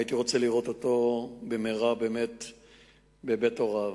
הייתי רוצה לראות אותו במהרה בבית הוריו.